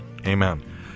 Amen